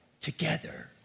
together